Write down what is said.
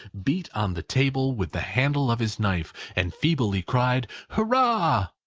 beat on the table with the handle of his knife, and feebly cried hurrah!